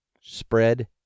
Spread